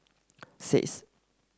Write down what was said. six